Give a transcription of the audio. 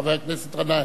חבר הכנסת גנאים,